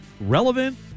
relevant